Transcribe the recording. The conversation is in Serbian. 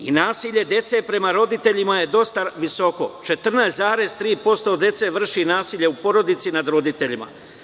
I nasilje dece prema roditeljima je dosta visoko, 14,3% dece vrši nasilje u porodici nad roditeljima.